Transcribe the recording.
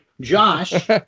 Josh